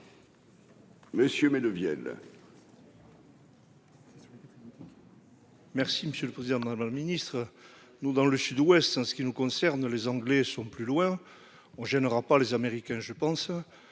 Messieurs mais deviennent. Merci monsieur le président, dans le ministre nous dans le Sud-Ouest, ce qui nous concerne, les Anglais sont plus loin on je n'aura pas les Américains, je pense